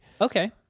okay